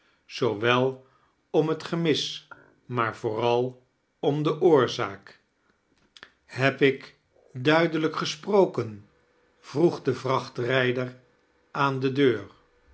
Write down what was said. zoowel om het gemis maar vooral om de oorzaak heb ik duidelijk gesproken vroeg de vrachtrijder aan de deur